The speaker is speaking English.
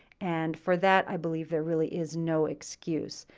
and for that, i believe there really is no excuse.